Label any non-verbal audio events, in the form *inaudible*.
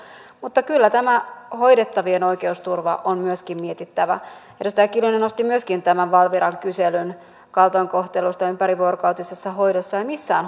mutta kyllä tämä hoidettavien oikeusturva on myöskin mietittävä edustaja kiljunen nosti myöskin tämän valviran kyselyn kaltoinkohtelusta ympärivuorokautisessa hoidossa ja missään *unintelligible*